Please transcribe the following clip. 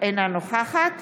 אינה נוכחת